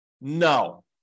No